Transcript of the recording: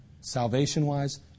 Salvation-wise